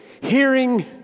Hearing